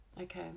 Okay